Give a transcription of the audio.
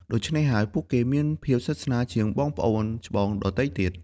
ដូច្នេះហើយ ពួកគេមានភាពស្និទ្ធស្នាលជាងបងប្អូនច្បងដទៃទៀត។